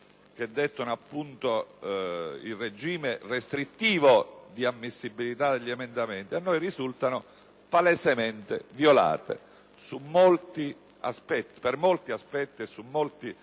che dettano appunto il regime restrittivo di ammissibilità degli emendamenti, a noi risultano palesemente violate per molti aspetti e su molti